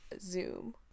Zoom